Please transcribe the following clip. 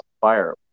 fire